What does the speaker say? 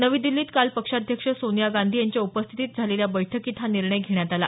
नवी दिल्लीत काल पक्षाध्यक्ष सोनिया गांधी यांच्या उपस्थितीत झालेल्या बैठकीत हा निर्णय घेण्यात आला